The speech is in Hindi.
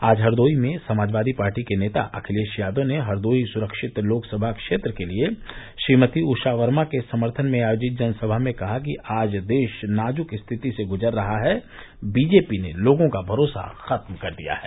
आज हरदोई में समाजवादी पार्टी के नेता अखिलेश यादव ने हरदोई सुरक्षित लोकसभा क्षेत्र के लिए श्रीमती उषा वर्मा के समर्थन में आयोजित जनसभा में कहां कि आज देश नाजुक स्थिति से गुजर रहा है बीजेपी ने लोगों का भरोसा खत्म कर दिया है